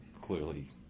clearly